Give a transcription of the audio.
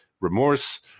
remorse